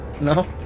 No